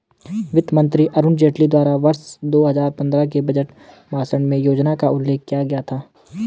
वित्त मंत्री अरुण जेटली द्वारा वर्ष दो हजार पन्द्रह के बजट भाषण में योजना का उल्लेख किया गया था